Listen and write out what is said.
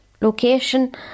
location